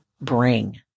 bring